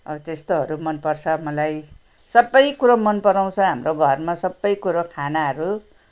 अब त्यस्तोहरू मन पर्छ मलाई सबै कुरो मन पराउँछ हाम्रो घरमा सबै कुरो खानाहरू